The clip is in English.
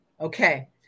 Okay